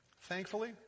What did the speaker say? Thankfully